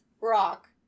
rock